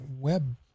web